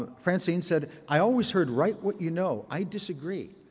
ah francine said, i always heard write what you know. i disagree.